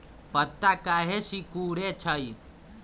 पत्ता काहे सिकुड़े छई?